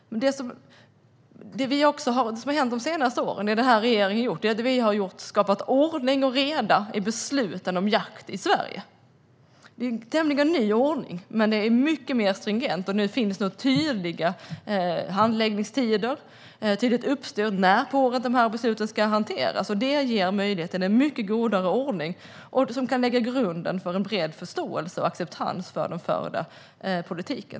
Det som har hänt de senaste åren är att regeringen har skapat ordning och reda i besluten om jakt i Sverige. Det är en tämligen ny ordning, men den är mycket mer stringent. Nu finns det tydliga handläggningstider, och det är tydligt uppstyrt när under året besluten ska hanteras. Det ger möjlighet till en mycket godare ordning som kan lägga grunden för bred förståelse och acceptans för den förda politiken.